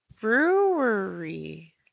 brewery